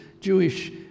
Jewish